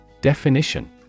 Definition